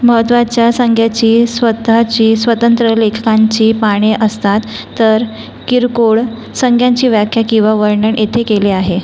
महत्त्वाच्या संग्याची स्वतःची स्वतंत्र लेखनांची पाने असतात तर किरकोळ संग्यांची व्याख्या किवा वर्णन इथे केले आहे